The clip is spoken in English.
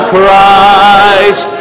Christ